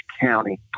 County